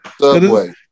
Subway